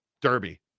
Derby